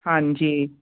ਹਾਂਜੀ